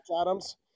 adams